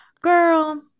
girl